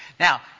Now